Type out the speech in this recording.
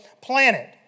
planet